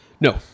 No